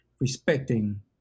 respecting